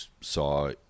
saw